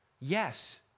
Yes